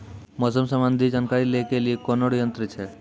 मौसम संबंधी जानकारी ले के लिए कोनोर यन्त्र छ?